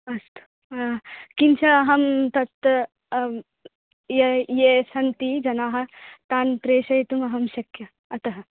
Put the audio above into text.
अस्तु किञ्च अहं तत् ये ये सन्ति जनाः तान् प्रेषयितुम् अहं शक्या अतः